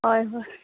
ꯍꯣꯏ ꯍꯣꯏ